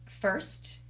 first